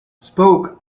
spoke